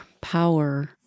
power